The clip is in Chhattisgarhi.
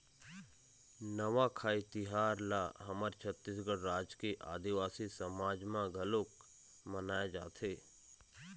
नवाखाई तिहार ल हमर छत्तीसगढ़ राज के आदिवासी समाज म घलोक मनाए जाथे